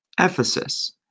Ephesus